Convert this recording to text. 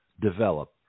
develop